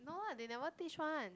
no what they never teach one